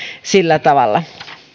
sillä tavalla